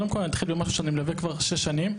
קודם כול אני אתחיל במשהו שאני מלווה כבר שש שנים,